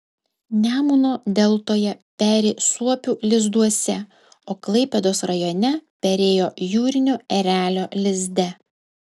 nemuno deltoje peri suopių lizduose o klaipėdos rajone perėjo jūrinio erelio lizde